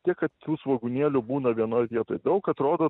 tiek kad jų svogūnėlių būna vienoj vietoj daug atrodo